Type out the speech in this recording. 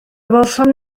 welsom